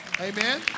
Amen